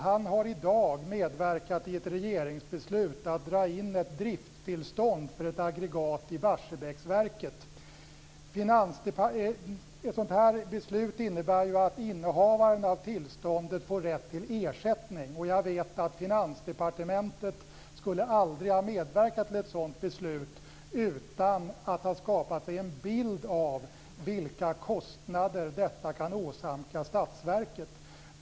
Han har i dag medverkat till ett regeringsbeslut om att dra in ett driftstillstånd för ett aggregat i Barsebäcksverket. Ett sådant beslut innebär ju att innehavaren av tillståndet får rätt till ersättning. Jag vet att Finansdepartementet aldrig skulle ha medverkat till ett sådant beslut utan att ha skapat sig en bild av vilka kostnader detta kan åsamka statsverket.